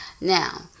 now